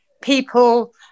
people